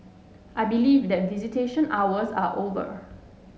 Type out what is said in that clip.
I believe that visitation hours are over